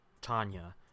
Tanya